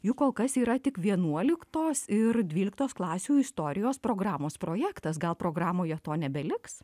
juk kol kas yra tik vienuoliktos ir dvyliktos klasių istorijos programos projektas gal programoje to nebeliks